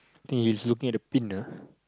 think he's looking at the pin ah